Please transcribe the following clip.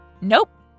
Nope